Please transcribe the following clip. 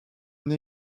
une